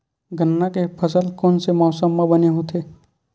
गन्ना के फसल कोन से मौसम म बने होथे?